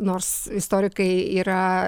nors istorikai yra